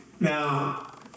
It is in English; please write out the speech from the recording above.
Now